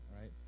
right